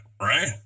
right